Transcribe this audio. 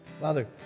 Father